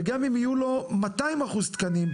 וגם אם יהיו לו 200% תקנים,